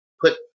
put